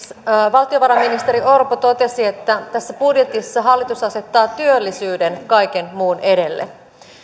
valtiovarainministeri orpo totesi että tässä budjetissa hallitus asettaa työllisyyden kaiken muun edelle